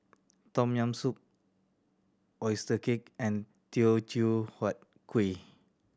Tom Yam Soup oyster cake and Teochew Huat Kuih